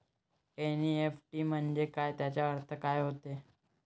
NEFT म्हंजे काय, त्याचा अर्थ काय होते?